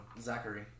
Zachary